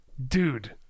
Dude